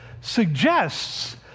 suggests